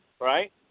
Right